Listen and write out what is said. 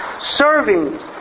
Serving